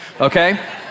Okay